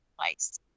place